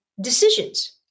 decisions